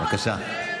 בבקשה.